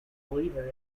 believer